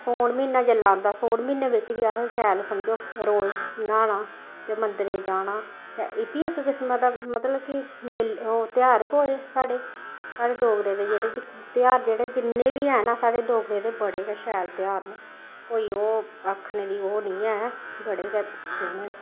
सौन म्हीना जेल्लै औंदा सौन म्हीने बिच्च बी अस शैल समझो रोज न्हाना ते मंदरैं जाना शैल एह् बी इक किसमै मतलब कि मेले ओह् तेहार गै होए साढ़े साढ़े डोगरें दे जेह्ड़े तेहार जिन्ने बी हैन साढ़े डोगरें दे बड़े गै शैल तेहार न कोई ओह् आखने दी ओह् निं ऐ बड़े गै सोह्ने न